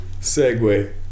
Segway